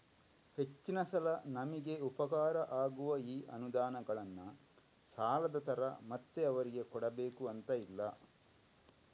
ಹೆಚ್ಚಿನ ಸಲ ನಮಿಗೆ ಉಪಕಾರ ಆಗುವ ಈ ಅನುದಾನಗಳನ್ನ ಸಾಲದ ತರ ಮತ್ತೆ ಅವರಿಗೆ ಕೊಡಬೇಕು ಅಂತ ಇಲ್ಲ